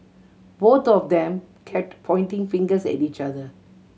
both of them kept pointing fingers at each other